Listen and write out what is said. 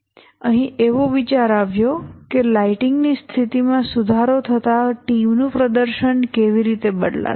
અહીં એવો વિચાર આવ્યો કે લાઇટિંગની સ્થિતિમાં સુધારો થતાં ટીમ નું પ્રદર્શન કેવી રીતે બદલાશે